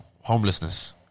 homelessness